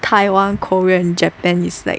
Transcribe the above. Taiwan Korea and Japan is like